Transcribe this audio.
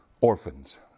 orphans